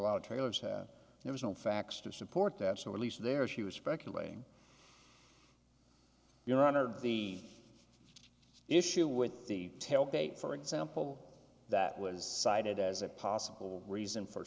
lot of trailers had there was no facts to support that so at least there she was speculating your honor of the issue with the tailgate for example that was cited as a possible reason for